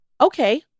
okay